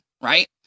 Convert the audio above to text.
right